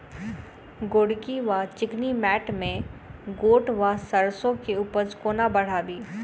गोरकी वा चिकनी मैंट मे गोट वा सैरसो केँ उपज कोना बढ़ाबी?